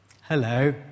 Hello